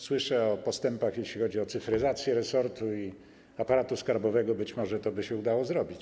Słyszę o postępach, jeśli chodzi o cyfryzację resortu i aparatu skarbowego, a zatem być może to by się udało zrobić.